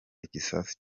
igisasu